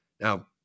Now